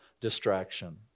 distraction